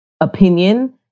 opinion